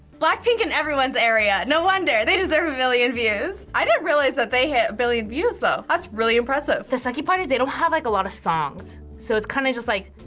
blackpink in everyone's area. no wonder, they deserve a billion views. i didn't realize that they hit a billion views though! that's really impressive. the sucky part is they don't have like a lot of songs, so it's kinda just like,